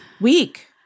week